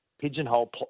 pigeonhole